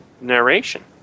narration